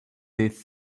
these